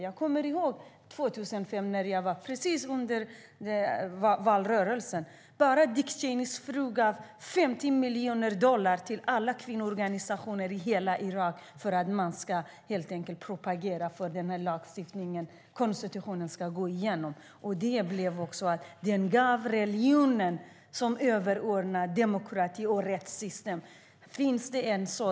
Jag kommer ihåg att under valrörelsen 2005 gav Dick Cheneys fru 50 miljoner dollar till alla kvinnoorganisationer i hela Irak för att de skulle propagera för den här konstitutionen. Det blev så att religionen är överordnad demokrati och rättssystem.